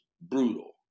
brutal